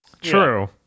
True